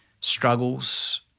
struggles